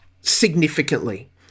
significantly